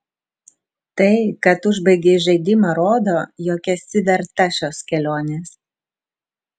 tai kad užbaigei žaidimą rodo jog esi verta šios kelionės